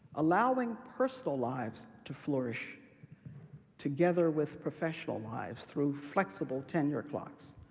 allowing personal lives to flourish together with professional lives through flexible tenure clocks,